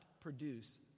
produce